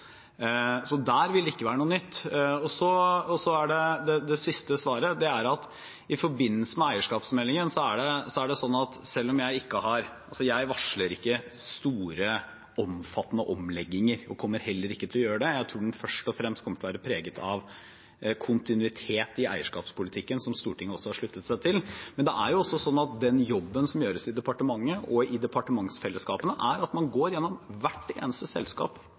Så der vil det ikke være noe nytt. Det siste svaret er at i forbindelse med eierskapsmeldingen varsler jeg ikke store, omfattende omlegginger og kommer heller ikke til å gjøre det. Jeg tror den først og fremst kommer til å være preget av kontinuitet i eierskapspolitikken, som Stortinget har sluttet seg til. Men det er også sånn at i den jobben som gjøres i departementet, og i departementsfellesskapene, går man gjennom hvert eneste selskap